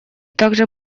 также